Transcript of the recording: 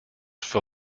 for